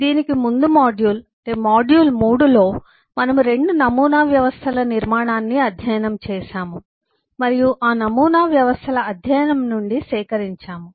దీనికి ముందు module module 3 లో మనము రెండు నమూనా వ్యవస్థల నిర్మాణాన్ని అధ్యయనం చేసాము మరియు ఆ నమూనా వ్యవస్థల అధ్యయనం నుండి సేకరించాము